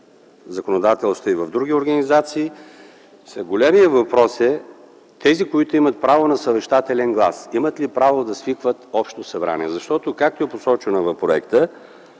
в законодателството и за други организации. Големият въпрос е тези, които имат право на съвещателен глас, дали имат право да свикват общо събрание. В проекта е посочено, че